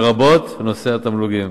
לרבות נושא התמלוגים.